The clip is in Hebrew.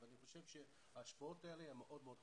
אני חושב שההשפעות האלה הן מאוד מאוד חשובות.